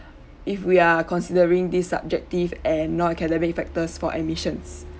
if we are considering this subjective and nonacademic factors for admissions